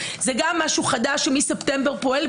זה גם משהו חדש שמספטמבר פועל,